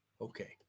okay